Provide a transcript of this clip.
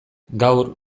gaur